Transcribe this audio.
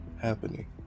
happening